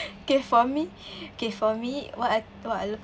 okay for me okay for me what I what I love